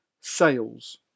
sales